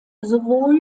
sowohl